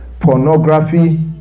pornography